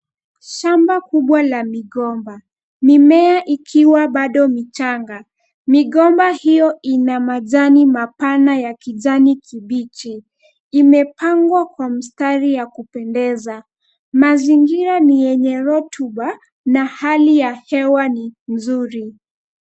Shamba kubwa la migomba, mimea ikiwa bado michanga. Migomba hiyo ina madhani mapana ya kijani kibichi. Imepangwa kwa mstari ya kupendeza. Mazingira ni yenye rotuba, na hali ya hewa ni nzuri.